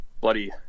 Bloody